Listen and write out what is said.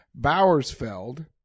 Bowersfeld